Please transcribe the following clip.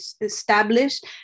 established